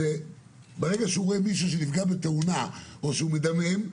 כשהוא רואה מישהו שנפגע בתאונה או מדמם,